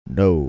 no